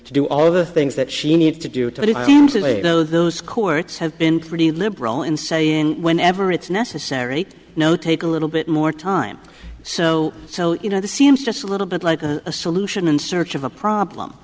to do all the things that she needs to do to you know those courts have been pretty liberal in saying whenever it's necessary no take a little bit more time so so you know the seems just a little bit like a solution in search of a problem